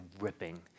ripping